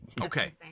okay